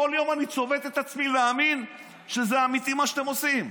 כל יום אני צובט את עצמי להאמין שזה אמיתי מה שאתם עושים.